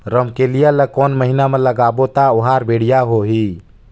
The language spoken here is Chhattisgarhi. रमकेलिया ला कोन महीना मा लगाबो ता ओहार बेडिया होही?